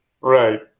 Right